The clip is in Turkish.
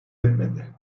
etmedi